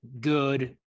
good